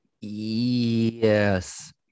yes